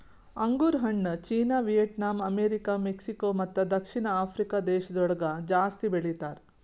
ಅಂಗುರ್ ಹಣ್ಣು China, Vietnam, America, Mexico ಮತ್ತ ದಕ್ಷಿಣ ಆಫ್ರಿಕಾ ದೇಶಗೊಳ್ದಾಗ್ ಜಾಸ್ತಿ ಬೆಳಿತಾರ್